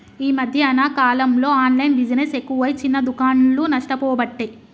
ఈ మధ్యన కాలంలో ఆన్లైన్ బిజినెస్ ఎక్కువై చిన్న దుకాండ్లు నష్టపోబట్టే